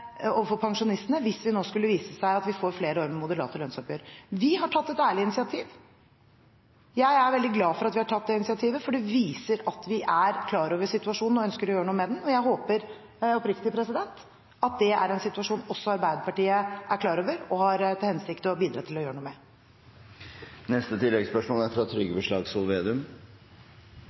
overfor pensjonistene, hvis det nå skulle vise seg at vi får flere år med moderate lønnsoppgjør. Vi har tatt et ærlig initiativ. Jeg er veldig glad for at vi har tatt det initiativet, for det viser at vi er klar over situasjonen, og ønsker å gjøre noe med den. Og jeg håper oppriktig at dét er en situasjon som også Arbeiderpartiet er klar over, og har til hensikt å bidra til å gjøre noe